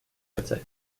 attack